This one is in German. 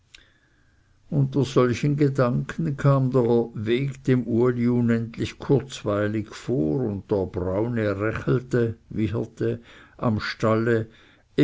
unter solchen gedanken kam der weg dem uli unendlich kurzweilig vor und der braune rächelete am stalle